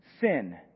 sin